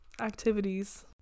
activities